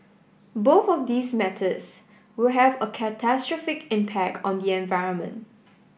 both of these methods will have a catastrophic impact on the environment